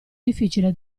difficile